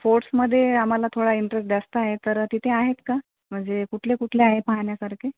फोर्ट्समधे आम्हाला थोडा इंटरेस्ट जास्त आहे तर तिथे आहेत का म्हणजे कुठले कुठले आहे पाहण्यासारखे